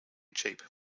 cheap